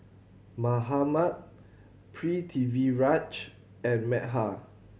Mahatma Pritiviraj and Medha